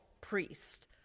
priest